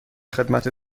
خدمت